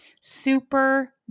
Super